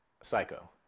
psycho